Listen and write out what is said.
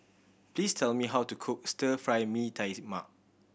please tell me how to cook Stir Fry Mee Tai Mak